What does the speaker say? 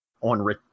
on